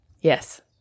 yes